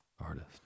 artist